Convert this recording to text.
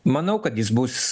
manau kad jis bus